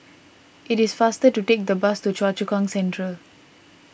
it is faster to take the bus to Choa Chu Kang Central